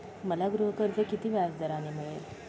मला गृहकर्ज किती व्याजदराने मिळेल?